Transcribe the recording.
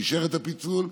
שאישר את הפיצול.